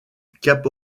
cap